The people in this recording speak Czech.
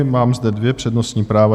Mám zde dvě přednostní práva.